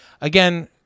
again